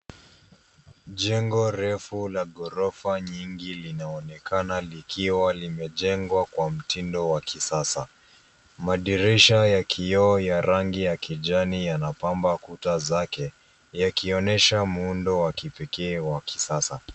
Jengo refu la ghorofa nyingi linaonekana likiwa limejengwa kwa mtindo wa kisasa. Madirisha ya kioo ya rangi ya kijani yanapamba kuta zake yakionyesha muundo wa kipekee wa kisasa.